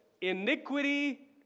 iniquity